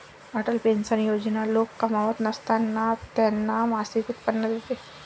Atal pension Yojana लोक कमावत नसताना त्यांना मासिक उत्पन्न देते